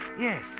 Yes